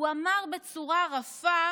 הוא אמר בצורה רפה: